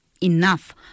enough